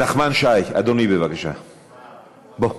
נכון, היושב-ראש?